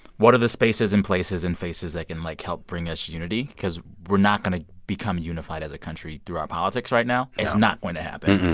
what are the spaces and places and faces that can, like, help bring us unity? because we're not going to become unified as a country through our politics right now. it's not going to happen.